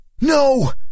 no